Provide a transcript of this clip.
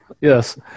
yes